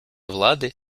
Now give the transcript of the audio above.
влади